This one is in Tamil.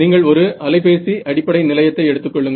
நீங்கள் ஒரு அலைபேசி அடிப்படை நிலையத்தை எடுத்துக் கொள்ளுங்கள்